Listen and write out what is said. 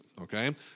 okay